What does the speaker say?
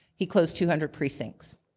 he closed two hundred precincts.